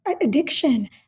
addiction